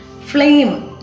Flame